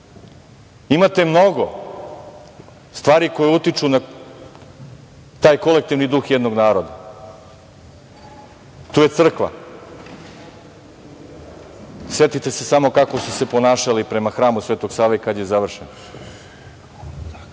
mnogo stvari koje utiču na taj kolektivni duh jednog naroda. Tu je crkva, setite se samo kako su se ponašali prema Hramu Svetog Save kada je završen.